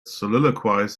soliloquies